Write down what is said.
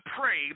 pray